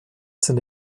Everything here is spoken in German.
sind